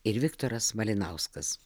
ir viktoras malinauskas